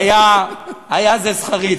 היה זה שכרי.